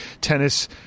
tennis